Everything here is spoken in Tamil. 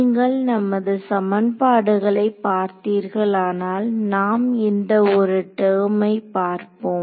நீங்கள் நமது சமன்பாடுகளை பார்த்தீர்களானால் நாம் இந்த ஒரு டெர்மை பார்ப்போம்